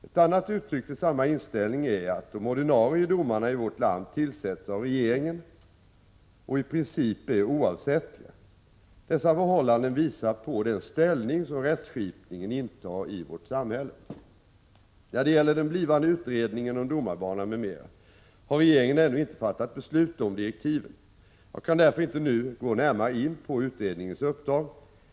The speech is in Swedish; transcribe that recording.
Ett annat uttryck för samma inställning är att de ordinarie domarna i vårt land tillsätts av regeringen och i princip är oavsättliga. Dessa förhållanden visar på den ställning som rättskipningen intar i vårt samhälle. När det gäller den blivande utredningen om domarbanan m.m. har regeringen ännu inte fattat beslut om direktiven. Jag kan därför inte nu gå närmare in på utredningens uppdrag.